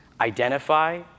identify